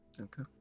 Okay